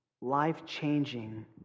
life-changing